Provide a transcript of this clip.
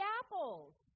apples